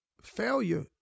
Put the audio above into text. Failure